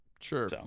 Sure